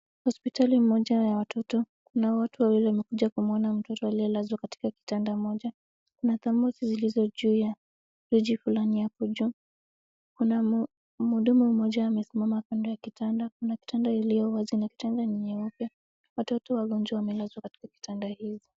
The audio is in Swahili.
Hospitali moja ya watoto. Kuna watu wawili wamekuja kumwona mtoto aliyelazwa katika kitanda moja. Kuna thamosi zilizo juu ya frijji fulani hapo juu. Kuna mhudumu mmoja amesimama kando ya kitanda. Kuna kitanda iliyowazi na kitanda nyeupe. Watoto wagonjwa wamelazwa katika kitanda hizi.